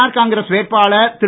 R Congress வேட்பாளர் திரு